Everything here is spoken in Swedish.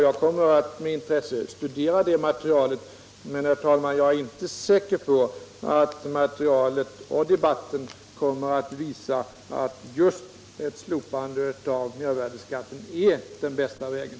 Jag kommer att med intresse studera det materialet men, herr talman, jag är inte säker på att materialet och debatten kommer att visa att just ett slopande av mervärdeskatten är den bästa vägen.